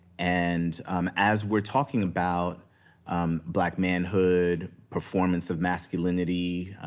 and as we're talking about black manhood, performance of masculinity,